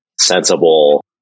sensible